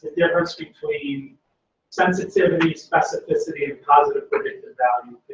the difference between sensitivity, specificity, and positive predictive value,